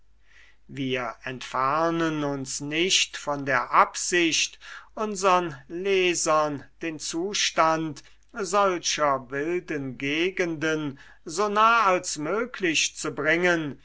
wir entfernen uns nicht von der absicht unsern lesern den zustand solcher wilden gegenden so nah als möglich zu bringen